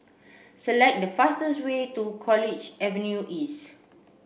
select the fastest way to College Avenue East